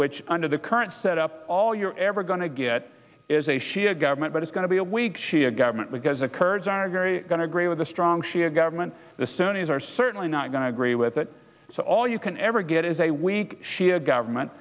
which under the current set up all you're ever going to get is a shia government but it's going to be a weak shia government because the kurds are very going to agree with a strong shia government the sunni's are certainly not going to agree with it so all you can ever get is a weak shia government